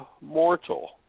mortal